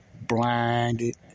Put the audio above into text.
blinded